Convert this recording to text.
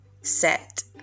set